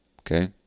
okay